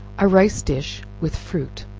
a rice dish with fruit.